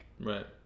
Right